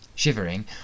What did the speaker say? Shivering